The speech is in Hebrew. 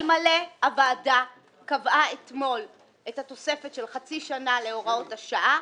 אלמלא הוועדה קבעה אתמול את התוספת של חצי שנה להוראות השעה,